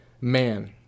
Man